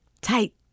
tight